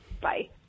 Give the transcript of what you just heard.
bye